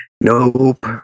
Nope